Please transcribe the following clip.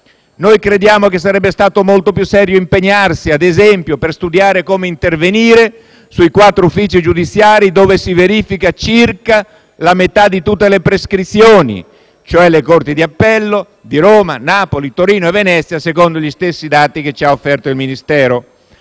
Noi crediamo sarebbe stato molto più serio impegnarsi, ad esempio, per studiare come intervenire sui quattro uffici giudiziari in cui si verifica circa la metà di tutte le prescrizioni, vale a dire le corti d'appello di Roma, Napoli, Torino e Venezia, secondo gli stessi dati offerti dal Ministero.